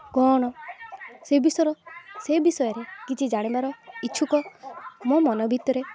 କ'ଣ ସେ ବିଷୟରେ ସେ ବିଷୟରେ କିଛି ଜାଣିବାର ଇଚ୍ଛୁକ ମୋ ମନ ଭିତରେ